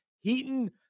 Heaton